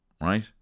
right